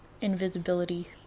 invisibility